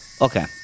Okay